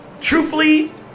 truthfully